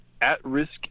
at-risk